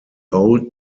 old